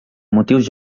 motius